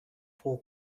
four